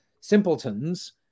simpletons